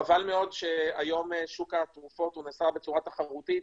חבל מאוד שהיום שוק התרופות נעשה תחרותי.